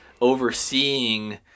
overseeing